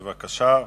בבקשה.